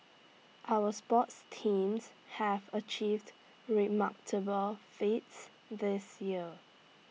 our sports teams have achieved remarkable feats this year